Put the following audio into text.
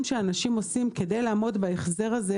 שאנשים עושים כדי לעמוד בהחזר הזה.